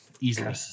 Easily